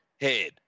head